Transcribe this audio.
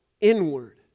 inward